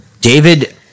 David